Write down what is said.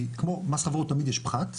כי כמו מס חברות תמיד יש פחת,